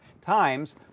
times